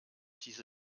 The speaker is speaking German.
diese